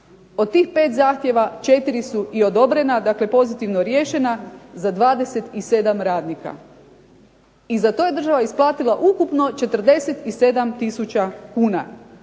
Od tih 5 zahtjeva 4 su i odobrena, dakle pozitivno riješena za 27 radnika. I za to je država isplatila ukupno 47 tisuća kuna.